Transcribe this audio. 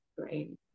Great